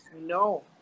no